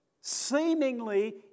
seemingly